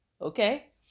Okay